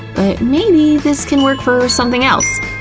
but maybe this can work for something else.